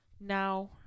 Now